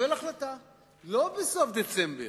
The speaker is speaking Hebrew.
בשעה 04:00,